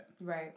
right